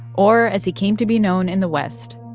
or, as he came to be known in the west.